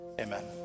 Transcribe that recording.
amen